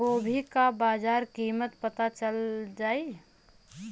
गोभी का बाजार कीमत पता चल जाई?